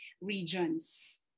regions